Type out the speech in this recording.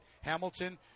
Hamilton